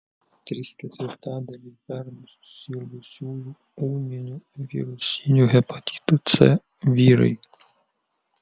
trys ketvirtadaliai pernai susirgusiųjų ūminiu virusiniu hepatitu c vyrai